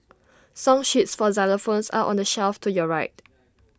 song sheets for xylophones are on the shelf to your right